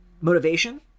motivation